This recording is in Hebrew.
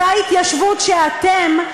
אותה התיישבות שאתם,